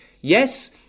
Yes